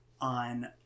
on